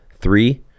three